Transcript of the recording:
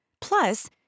Plus